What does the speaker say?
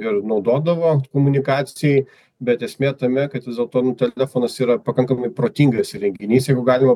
ir naudodavo komunikacijai bet esmė tame kad vis dėlto nu telefonas yra pakankamai protingas įrenginys jeigu galima